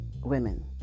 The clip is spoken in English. women